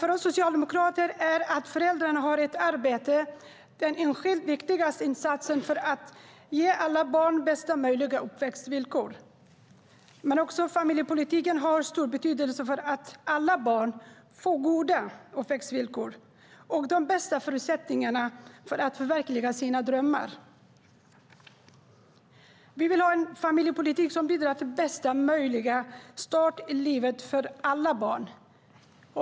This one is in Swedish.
För oss socialdemokrater är detta att föräldrarna har ett arbete den enskilt viktigaste insatsen för att ge alla barn bästa möjliga uppväxtvillkor. Men också familjepolitiken har stor betydelse för att alla barn ska få goda uppväxtvillkor och de bästa förutsättningarna för att förverkliga sina drömmar. Vi vill ha en familjepolitik som bidrar till bästa möjliga start i livet för alla barn.